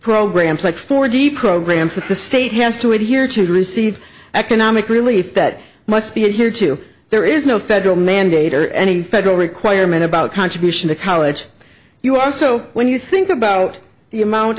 programs like four d programs that the state has to adhere to receive economic relief that must be adhered to there is no federal mandate or any federal requirement about contribution to college you also when you think about the amount